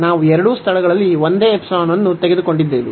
ನಾವು ಎರಡೂ ಸ್ಥಳಗಳಲ್ಲಿ ಒಂದೇ ϵ ಅನ್ನು ತೆಗೆದುಕೊಂಡಿದ್ದೇವೆ